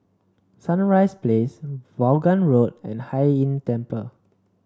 Sunrise Place Vaughan Road and Hai Inn Temple